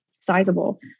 sizable